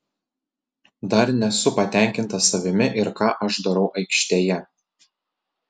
dar nesu patenkintas savimi ir ką aš darau aikštėje